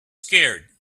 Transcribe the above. scared